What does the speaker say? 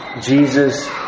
Jesus